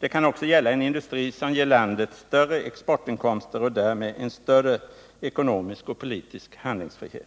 Det kan också gälla en industri som ger landet större exportinkomster och därmed en större ekonomisk och politisk handlingsfrihet.